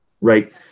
right